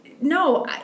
no